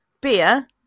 beer